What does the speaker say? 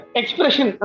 expression